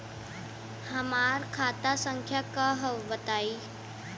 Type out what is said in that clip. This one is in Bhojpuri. हमार खाता संख्या का हव बताई?